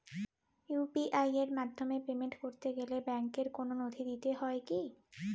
UPI এর মাধ্যমে payment করতে গেলে ব্যাংকের কোন নথি দিতে হয় কি?